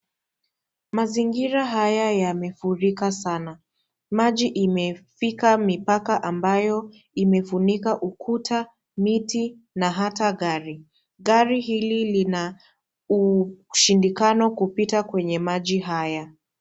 Mazingira haya yamefurika sana, maji imefika mipaka ambayo imefunika ukuta, miti na hata gari, gari hili lina ushindikano kupita kwenye maji haya.